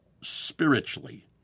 spiritually